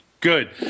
Good